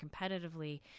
competitively